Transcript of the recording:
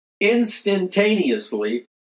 Instantaneously